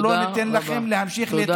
אנחנו לא ניתן לכם להמשיך, תודה רבה.